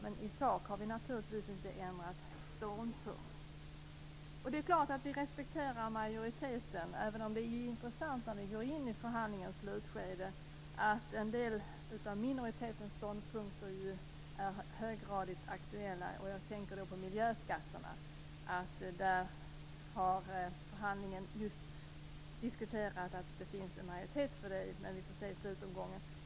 I sak har vi naturligtvis inte ändrat ståndpunkt. Det är klart att vi respekterar majoriteten, även om det är intressant att en del av minoritetens ståndpunkter är höggradigt aktuella när vi går in i förhandlingens slutskede. Jag tänker då på miljöskatterna. Där har man i förhandlingarna kommit fram till att det finns en majoritet för det. Vi får se i slutomgången.